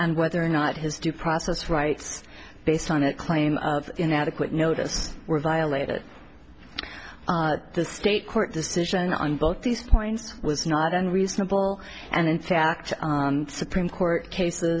and whether or not his due process rights based on a claim of inadequate notice were violated the state court decision on both these points was not unreasonable and in fact supreme court cases